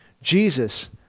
Jesus